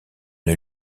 une